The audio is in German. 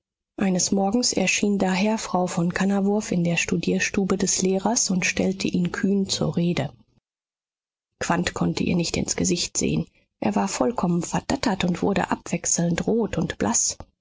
eines morgens erschien daher frau von kannawurf in der studierstube des lehrers und stellte ihn kühn zur rede quandt konnte ihr nicht ins gesicht sehen er war vollkommen verdattert und wurde abwechselnd rot und blaß